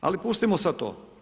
Ali pustimo sada to.